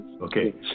Okay